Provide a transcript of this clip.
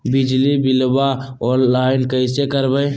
बिजली बिलाबा ऑनलाइन कैसे करबै?